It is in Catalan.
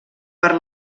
per